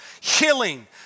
healing